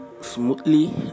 smoothly